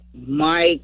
Mike